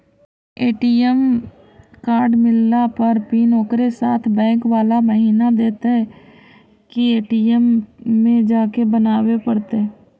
ATM card मिलला पर pin ओकरे साथे बैक बाला महिना देतै कि ए.टी.एम में जाके बना बे पड़तै?